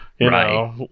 Right